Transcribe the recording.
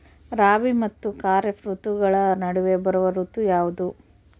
ರಾಬಿ ಮತ್ತು ಖಾರೇಫ್ ಋತುಗಳ ನಡುವೆ ಬರುವ ಋತು ಯಾವುದು?